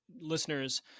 listeners